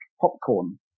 popcorn